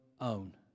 own